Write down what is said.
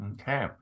Okay